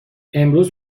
امروز